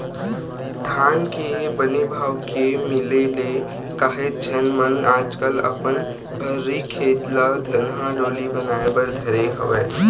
धान के बने भाव के मिले ले काहेच झन मन आजकल अपन भर्री खेत ल धनहा डोली बनाए बर धरे हवय